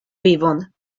vivon